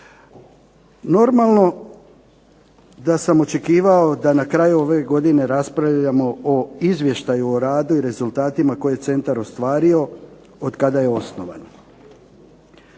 Normalno da sam očekivao da na kraju ove godine raspravljamo o izvještaju o radu i rezultatima koje je centar ostvario od kada je osnovan.